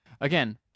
again